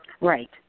Right